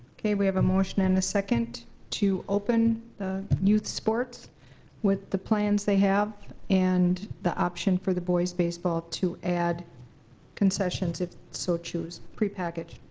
okay we have a motion and a second to open the youth sports with the plans they have, and the option for the boys baseball to add concessions if so choose, prepackaged.